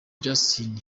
justin